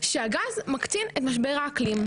שהגז מקטין את משבר האקלים.